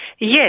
Yes